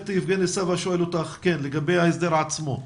יבגני סובה שואל אותך לגבי ההסדר עצמו.